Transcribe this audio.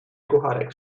kucharek